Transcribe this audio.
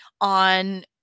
on